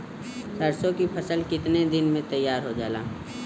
सरसों की फसल कितने दिन में तैयार हो जाला?